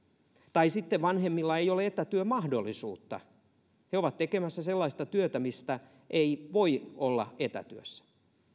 tai sitten vanhemmilla ei ole etätyömahdollisuutta he ovat tekemässä sellaista työtä mistä ei voi olla etätyössä